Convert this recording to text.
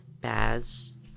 Baz